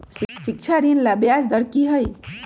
शिक्षा ऋण ला ब्याज दर कि हई?